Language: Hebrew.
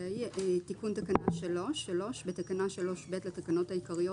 תיקון תקנה 3 בתקנה 3(ב) לתקנות העיקריות